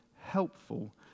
helpful